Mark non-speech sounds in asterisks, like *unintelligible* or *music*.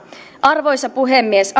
arvoisa puhemies *unintelligible*